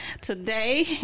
Today